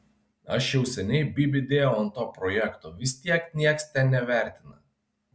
aš jau seniai bybį dėjau ant to projekto vis tiek nieks ten nevertina